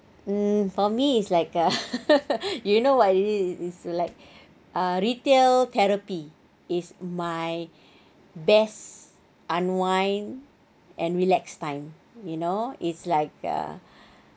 mm for me is like a you know what it is is like ah retail therapy is my best unwind and relax time you know is like a